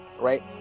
right